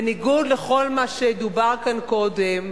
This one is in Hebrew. בניגוד לכל מה שדובר כאן קודם.